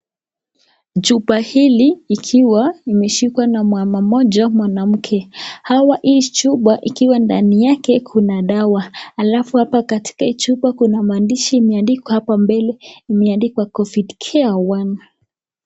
Chupa hili likiwa limeshikwa na mama moja .Hii chupa ikiwa ndani yake kuna dawa alafu hapa katika hii chupa kuna maandishi imeandikwa covid cure(1) .